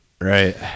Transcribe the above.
Right